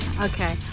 Okay